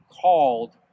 called